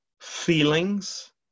feelings